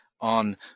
on